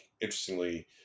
interestingly